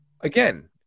Again